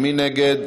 מי נגד?